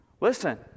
Listen